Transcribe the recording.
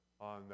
on